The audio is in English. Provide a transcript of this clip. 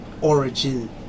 Origin